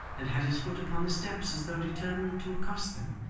and had his foot upon the steps as though determined to accost them.